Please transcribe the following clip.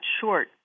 short